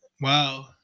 wow